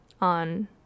on